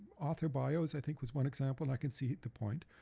author bios, i think, was one example i can see the point.